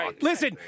Listen